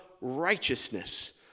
righteousness